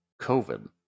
COVID